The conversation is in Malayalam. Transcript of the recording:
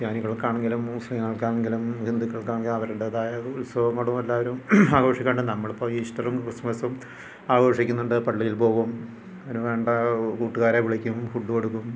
ക്രിസ്ത്യാനികൾക്കാണെങ്കിലും മുസ്ലീങ്ങൾക്കാണെങ്കിലും ഹിന്ദുക്കൾക്കാണെ അവരുടെതായ ഒരു ഉത്സവം കൊണ്ടെല്ലാവരും ആഘോഷിക്കുന്നുണ്ട് നമ്മളിപ്പം ഈസ്റ്ററും ക്രിസ്മസും ആഘോഷിക്കുന്നുണ്ട് പള്ളിയിൽ പോവും അതിന് വേണ്ട കൂട്ടുകാരെ വിളിക്കും ഫുഡ്ഡ് കൊടുക്കും